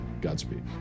Godspeed